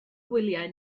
gwyliau